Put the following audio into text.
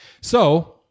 So-